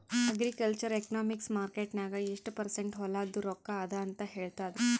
agricultural economics market ನಾಗ್ ಎಷ್ಟ percent ಹೊಲಾದು ರೊಕ್ಕಾ ಅದ ಅಂತ ಹೇಳ್ತದ್